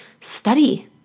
study